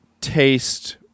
taste